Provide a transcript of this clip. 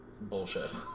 bullshit